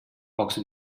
pocs